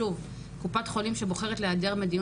שוב קופת חולים שבוחרת להיעדר מדיון